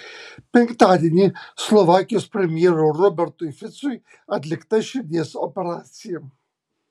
penktadienį slovakijos premjerui robertui ficui atlikta širdies operacija